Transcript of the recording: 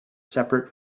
separate